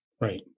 Right